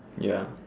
ya